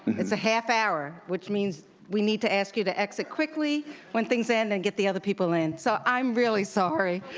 it's a half hour which means we need to ask you to exit quickly when things end and get the other people in. so i'm really sorry.